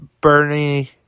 Bernie